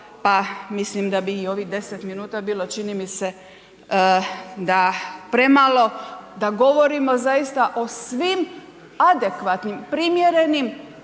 pa mislim da bi i ovih deset minuta bilo čini mi se da premalo da govorimo zaista o svim adekvatnim primjerenim